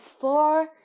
four